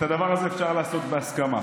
את הדבר הזה אפשר לעשות בהסכמה.